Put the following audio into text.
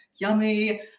yummy